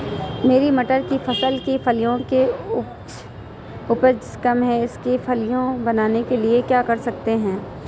मेरी मटर की फसल की फलियों की उपज कम है इसके फलियां बनने के लिए क्या कर सकते हैं?